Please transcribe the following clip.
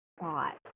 thought